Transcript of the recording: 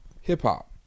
Hip-hop